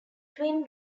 twin